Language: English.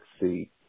see